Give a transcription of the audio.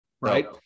right